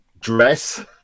dress